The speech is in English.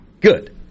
Good